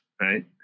right